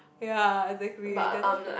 ya exactly they're just like